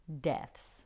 Deaths